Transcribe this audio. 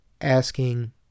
asking